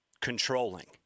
controlling